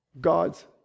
God's